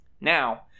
Now